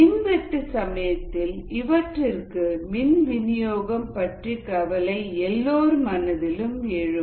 மின்வெட்டு சமயத்தில் இவற்றிற்கு மின் வினியோகம் பற்றிய கவலை எல்லோர் மனதிலும் எழும்